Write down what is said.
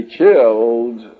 killed